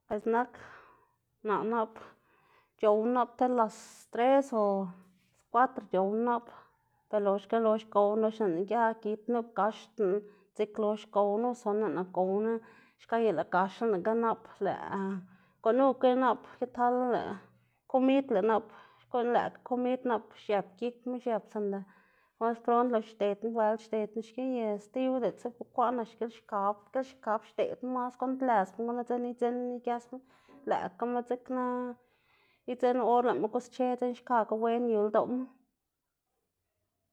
Biꞌltsa nak naꞌ nap c̲h̲owná nap ti las tres o las kuatro c̲h̲owná nap axta loxga lox gowná nap lëꞌná gia gi nup gaxdná dziꞌk lox gowná, o sino gowná xka y lëꞌ gaxgalanága nap lëꞌ gunukga nap ke tal lëꞌ komid lëꞌ nap xkuꞌn lëꞌkga komid nap xiep gikma xiep, sidna or prond lox xdedná bueld xdedná xki ye stibu diꞌltsa bukwaꞌn nak xkilxkab gilxkab xdeꞌdma mas guꞌnntlëdzma gunu dzekna idzinn igesma, lëꞌkgama dzekna idzinn or lëꞌma gusche dzekna xkakga wen yu ldoꞌma.